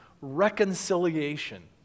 reconciliation